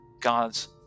God's